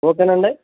ఓకేనండి